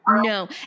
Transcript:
No